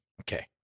Okay